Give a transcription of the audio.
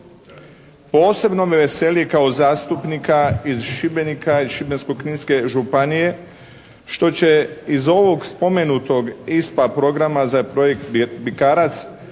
Posebno me veseli kao zastupnika iz Šibenika, iz Šibensko-kninske županije što će iz ovog spomenutog ISPA programa za projekt Bikarac